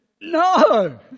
no